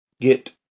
get